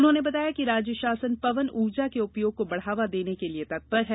उन्होंने बताया कि राज्य शासन पवन ऊर्जा के उपयोग को बढ़ावा देने के लिए तत्पर है